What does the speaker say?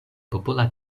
popola